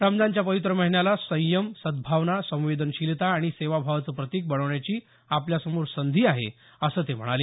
रमजानच्या पवित्र महिन्याला संयम सद्भावना संवेदनशीलता आणि सेवाभावाचं प्रतिक बनवण्याची आपल्यासमोर संधी आहे असं ते म्हणाले